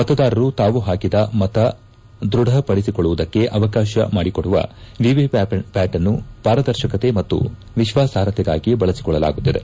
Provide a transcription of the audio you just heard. ಮತದಾರರು ತಾವು ಪಾಕಿದ ಮತ ದೃಢಪಡಿಸಿಕೊಳ್ಳುವುದಕ್ಕೆ ಅವಕಾಶ ಮಾಡಿಕೊಡುವ ವಿವಿಪ್ಠಾಟ್ ಅನ್ನು ಪಾರದರ್ಶಕತೆ ಮತ್ತು ವಿಶ್ವಾಸಾರ್ಹತೆಗಾಗಿ ಬಳಸಿಕೊಳ್ಳಲಾಗುತ್ತಿದೆ